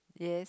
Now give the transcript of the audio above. yes